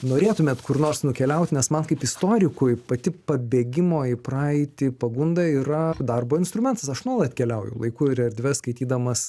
norėtumėt kur nors nukeliaut nes man kaip istorikui pati pabėgimo į praeitį pagunda yra darbo instrumentas aš nuolat keliauju laiku ir erdve skaitydamas